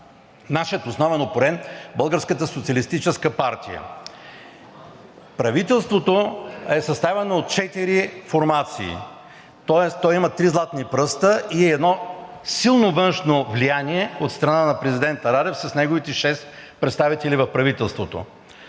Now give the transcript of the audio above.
нашият основен опонент – Българската социалистическа партия. Правителството е съставено от четири формации, тоест то има три златни пръста и едно силно външно влияние от страна на президента Радев с неговите шестима представители в правителството.